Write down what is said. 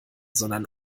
sondern